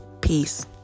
Peace